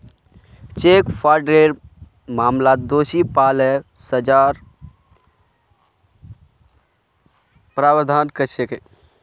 cheque फ्रॉडेर मामलात दोषी पा ल सजार प्रावधान छेक